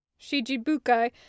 Shijibukai